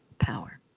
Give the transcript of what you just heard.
power